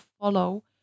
follow